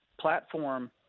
platform